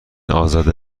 ازاده